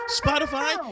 spotify